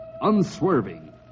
Unswerving